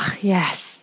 Yes